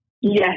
Yes